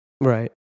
Right